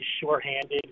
shorthanded